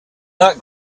not